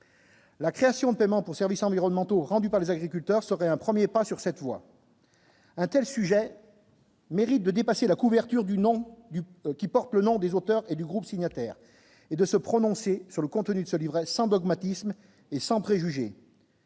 La création de paiements pour services environnementaux rendus par les agriculteurs serait un 1er pas sur cette voie, Intel sujet mérite de dépasser la couverture du nom du qui porte le nom des auteurs et du groupe signataires et de se prononcer sur le contenu de ce livre sans dogmatisme et sans préjugés.